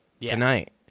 tonight